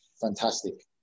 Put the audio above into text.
fantastic